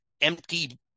empty